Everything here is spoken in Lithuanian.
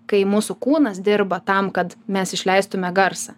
kai mūsų kūnas dirba tam kad mes išleistume garsą